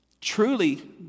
Truly